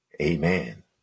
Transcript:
Amen